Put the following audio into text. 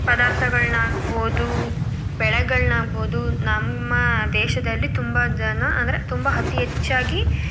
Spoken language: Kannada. ಪದಾರ್ಥಗಳನ್ನ ಆಗ್ಬೌದು ಬೆಳೆಗಳನ್ನಾಗ್ಬೌದು ನಮ್ಮ ದೇಶದಲ್ಲಿ ತುಂಬ ಜನ ಅಂದರೆ ತುಂಬ ಅತಿ ಹೆಚ್ಚಾಗಿ